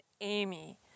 Amy